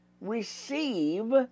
receive